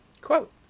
quote